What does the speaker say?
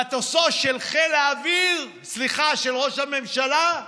מטוסו של חיל האוויר, סליחה, של ראש הממשלה,